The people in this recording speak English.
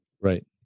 right